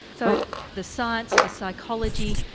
so the science, the psychology,